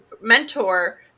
mentor